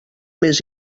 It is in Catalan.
més